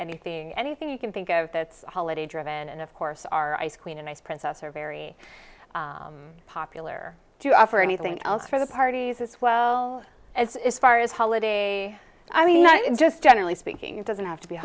anything anything you can think of that's holiday driven and of course our ice queen and ice princess are very popular do you offer anything else for the parties as well as far as holiday i mean i'm just generally speaking it doesn't have to be